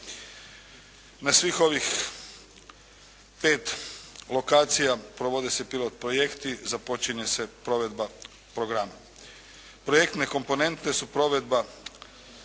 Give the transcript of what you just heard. Na svim ovih pet lokacija provode se pilot projekti, započinje se provedba programa. Projektne komponente su provedba